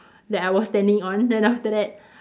that I was standing on then after that